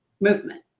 Movement